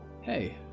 Hey